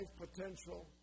potential